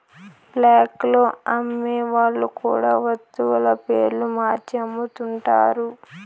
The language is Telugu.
బ్లాక్ లో అమ్మే వాళ్ళు కూడా వత్తుల పేర్లు మార్చి అమ్ముతుంటారు